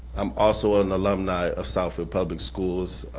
i'm also an alumni of southfield public schools.